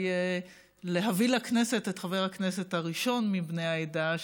להביא לכנסת את חבר הכנסת הראשון מבני העדה,